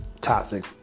toxic